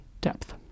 depth